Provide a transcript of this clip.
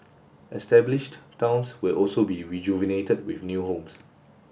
established towns will also be rejuvenated with new homes